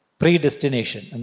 predestination